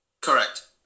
correct